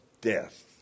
death